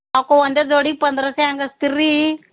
ಯಾಕೋ ಒಂದೇ ಜೋಡಿ ಪಂದ್ರಸೇ ಹ್ಯಾಂಗಾಕ್ತೀರ್ರೀ